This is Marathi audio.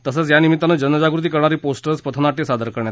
तसंच या निमित्तानं जनजागृती करणारे पोस्टर्स आणि पथनाट्य सादर करण्यात आली